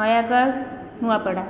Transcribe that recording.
Nayagarh Nuapada